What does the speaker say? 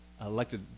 elected